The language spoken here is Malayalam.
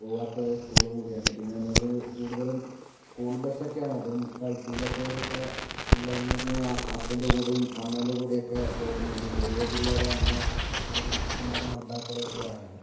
പോവാത്താ സ്കൂളും കൂടിയാണ് പിന്നെ നമക്ക് കൂടുതലും സ്കൂൾ ബസ്സൊക്കെയാണ് അതും പൈസ ഇല്ലാത്തവരെക്കെ പിള്ളേരന്ന് വെച്ച് കഴിഞ്ഞാ അച്ഛൻ്റെ കൂടെയും അമ്മേൻ്റെ കൂടേക്കെ പോക്കും പിന്നെ ചെറിയ പിള്ളേരെ അമ്മ മാരും അച്ഛമാരും കൊണ്ടാക്കലൊക്കെയാണ്